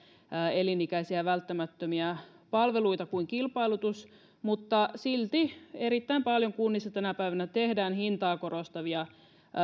elinikäisiä välttämättömiä palveluita kuin kilpailutus mutta silti erittäin paljon kunnissa tänä päivänä tehdään hintaa korostavia